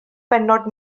bennod